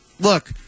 Look